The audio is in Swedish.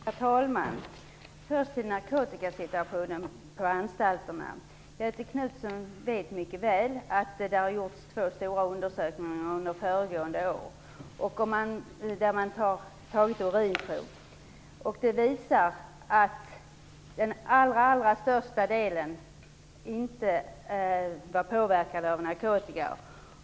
Herr talman! Först till narkotikasituationen på anstalterna. Göthe Knutson vet mycket väl att det har gjorts två stora undersökningar under föregående år där man tagit urinprov, och de visar att den allra största delen av de intagna inte var påverkade av narkotika.